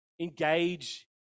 engage